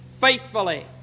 faithfully